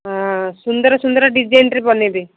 ହଁ ସୁନ୍ଦର ସୁନ୍ଦର ଡିଜାଇନ୍ରେ ବନାଇବେ